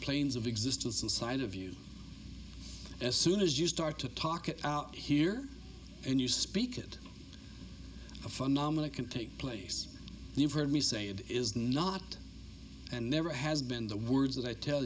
plains of existence inside of you as soon as you start to talk it out here and you speak it a phenomena can take place you've heard me say it is not and never has been the words that i tell